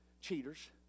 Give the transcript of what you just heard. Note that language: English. Cheaters